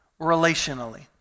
relationally